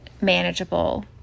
Manageable